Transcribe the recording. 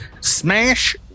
smash